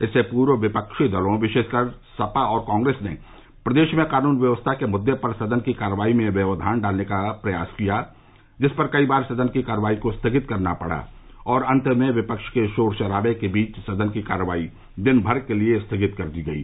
इससे पूर्व विपक्षी दलों विशेषकर सपा और कांग्रेस ने प्रदेश में कानून व्यवस्था के मुद्दे पर सदन की कार्यवाही में व्यक्धान डालने का प्रयास किया जिससे कई बार सदन की कार्यवाही को स्थगित करना पड़ा और अंत में विपक्ष के शोर शराबे के बीच सदन की कार्यवाही दिन भर के लिए स्थगित कर दी गयी